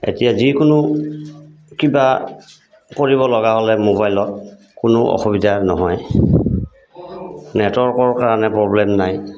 এতিয়া যিকোনো কিবা কৰিব লগা হ'লে মোবাইলত কোনো অসুবিধা নহয় নেটৱৰ্কৰ কাৰণে প্ৰব্লেম নাই